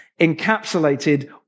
encapsulated